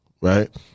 right